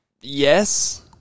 yes